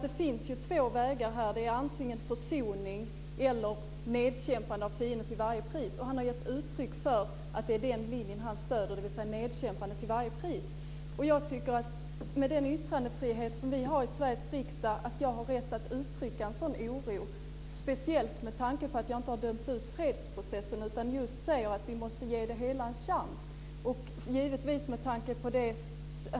Det finns ju två vägar här: antingen försoning eller också nedkämpande av fienden till varje pris. Han har gett uttryck för att den linje han stöder är nedkämpande till varje pris. Med den yttrandefrihet vi har i Sveriges riksdag tycker jag att jag har rätt att uttrycka en sådan oro, speciellt med tanke på att jag inte har dömt ut fredsprocessen utan säger att vi måste ge det hela en chans.